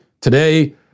Today